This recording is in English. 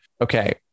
Okay